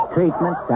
Treatment